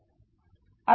आता गंमत बघा